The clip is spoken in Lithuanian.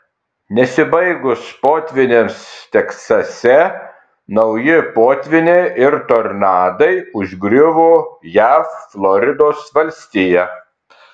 nesibaigus potvyniams teksase nauji potvyniai ir tornadai užgriuvo jav floridos valstiją